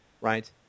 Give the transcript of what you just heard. right